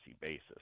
basis